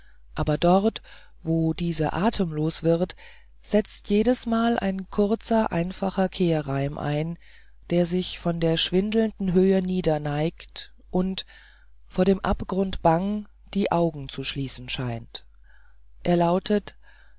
aber dort wo diese atemlos wird setzt jedesmal ein kurzer einfacher kehrreim an der sich von der schwindelnden höhe niederneigt und vor dem abgrund bang die augen zu schließen scheint er lautet